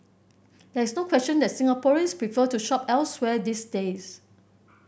there is no question that Singaporeans prefer to shop elsewhere these days